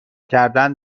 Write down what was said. کردن